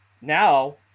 now